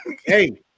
Hey